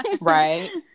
right